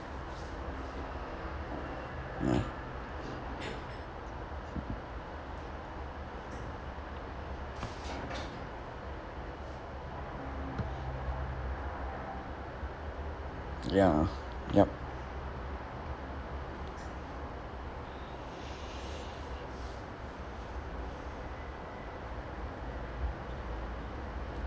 ya ya yup